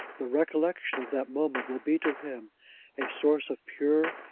the recollection of that moment will be to him a source of pure,